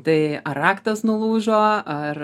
tai raktas nulūžo ar